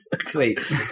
Sweet